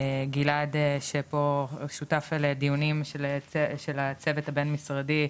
גלעד שפה שותף לדיונים של הצוות הבין-משרדי,